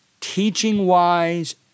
teaching-wise